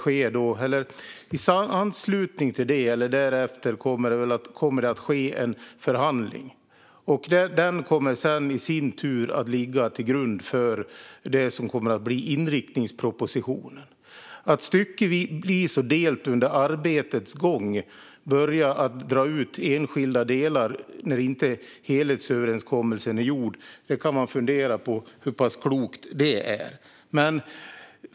I anslutning till det eller därefter kommer det att ske en förhandling, och den kommer i sin tur att ligga till grund för det som kommer att bli inriktningspropositionen. Att styckevis under arbetets gång börja dra ut enskilda delar när helhetsöverenskommelsen ännu inte är gjord - ja, man kan fundera på hur klokt det är.